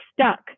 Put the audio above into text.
stuck